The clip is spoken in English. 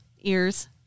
ears